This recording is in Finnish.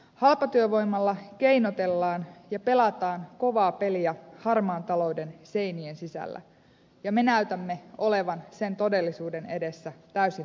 halpatyövoimalla keinotellaan ja pelataan kovaa peliä harmaan talouden seinien sisällä ja me näytämme olevan sen todellisuuden edessä täysin rähmällämme